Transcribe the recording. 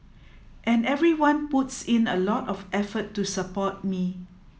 and everyone puts in a lot of effort to support me